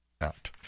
Out